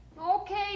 Okay